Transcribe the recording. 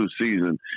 season